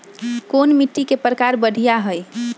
कोन मिट्टी के प्रकार बढ़िया हई?